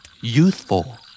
Youthful